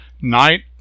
night